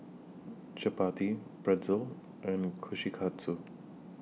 Chapati Pretzel and Kushikatsu